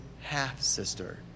half-sister